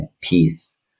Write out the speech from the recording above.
peace